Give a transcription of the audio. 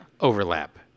Overlap